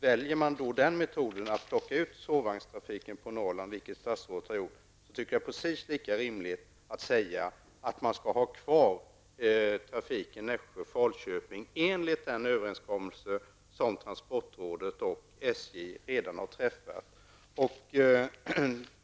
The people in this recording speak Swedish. Väljer man metoden att plocka ut sovvagnstrafiken på Norrland, vilket statsrådet har gjort, tycker jag att det är precis lika rimligt att säga att man skall ha kvar trafiken Nässjö--Falköping enligt den överensskommelse som transportrådet och SJ redan har träffat.